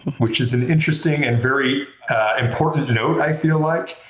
which is an interesting and very important note, i feel like.